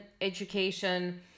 education